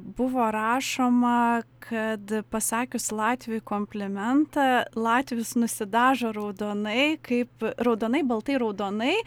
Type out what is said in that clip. buvo rašoma kad pasakius latviui komplimentą latvis nusidažo raudonai kaip raudonai baltai raudonai